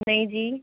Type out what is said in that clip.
ਨਹੀਂ ਜੀ